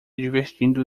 divertindo